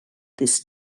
this